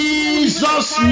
Jesus